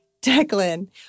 Declan